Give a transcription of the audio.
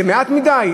זה מעט מדי?